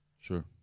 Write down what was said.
Sure